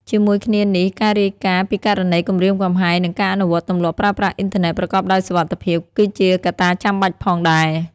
ជាមួយគ្នានេះ ការរាយការណ៍ពីករណីគំរាមកំហែង និងការអនុវត្តទម្លាប់ប្រើប្រាស់អ៊ីនធឺណិតប្រកបដោយសុវត្ថិភាព ក៏ជាកត្តាចាំបាច់ផងដែរ។